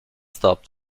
stop